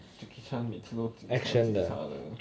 jackie chan 每次都警察警察的